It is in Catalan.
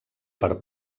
per